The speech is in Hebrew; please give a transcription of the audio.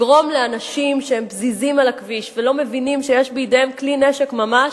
לגרום לאנשים שהם פזיזים על הכביש ולא מבינים שיש בידיהם כלי נשק ממש,